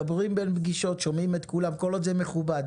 מדברים בין פגישות שומעים את כולם כל עוד זה מכובד,